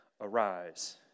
arise